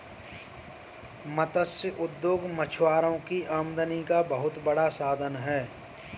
मत्स्य उद्योग मछुआरों की आमदनी का बहुत बड़ा साधन है